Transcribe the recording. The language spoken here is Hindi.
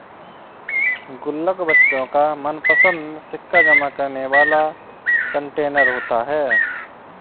गुल्लक बच्चों का मनपंसद सिक्का जमा करने वाला कंटेनर होता है